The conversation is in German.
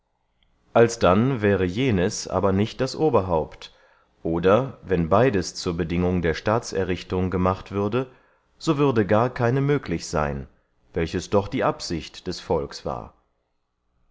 alsdann wäre jenes aber nicht das oberhaupt oder wenn beydes zur bedingung der staatserrichtung gemacht würde so würde gar keine möglich seyn welches doch die absicht des volks war